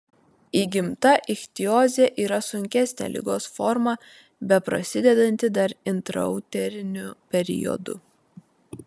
įgimta ichtiozė yra sunkesnė ligos forma beprasidedanti dar intrauteriniu periodu